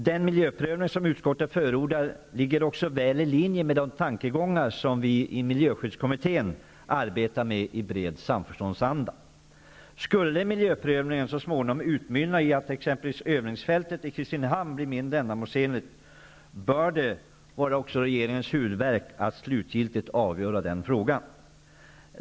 Den miljöprövning som utskottet förordar ligger också väl i linje med de tankegångar som vi i miljöskyddskommittén arbetar med i bred samförståndsanda. Skulle miljöprövningen så småningom utmynna i att exempelvis övningsfältet i Kristinehamn blir mindre ändamålsenligt, bör det vara regeringens huvudvärk att slutgiltigt avgöra den frågan.